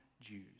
Jews